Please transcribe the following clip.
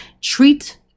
Treat